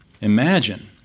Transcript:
Imagine